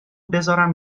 بذارم